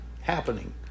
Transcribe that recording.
happening